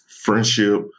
friendship